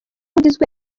ugizwe